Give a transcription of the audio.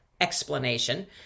explanation